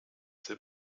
der